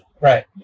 right